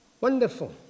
Wonderful